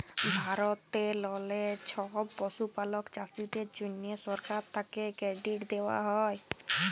ভারতেললে ছব পশুপালক চাষীদের জ্যনহে সরকার থ্যাকে কেরডিট দেওয়া হ্যয়